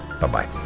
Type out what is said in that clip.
Bye-bye